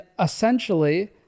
essentially